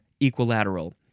equilateral